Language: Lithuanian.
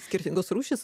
skirtingos rūšys